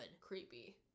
Creepy